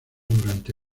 durante